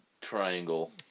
triangle